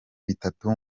bitatu